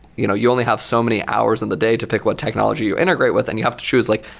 you know you only have so many hours in the day to pick what technology you integrate with and you have to choose like,